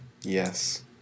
Yes